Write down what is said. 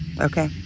Okay